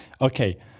Okay